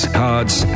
cards